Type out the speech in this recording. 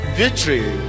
victory